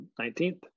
19th